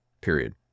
period